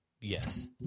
Yes